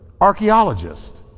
archaeologist